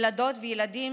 ילדות וילדים